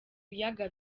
biyaga